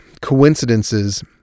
coincidences